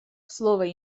слово